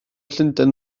llundain